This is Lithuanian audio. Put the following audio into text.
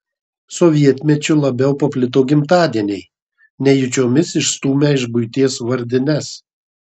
sovietmečiu labiau paplito gimtadieniai nejučiomis išstūmę iš buities vardines